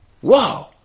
Whoa